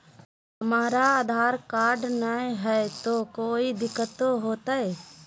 हमरा आधार कार्ड न हय, तो कोइ दिकतो हो तय?